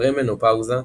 פרה-מנופאוזה,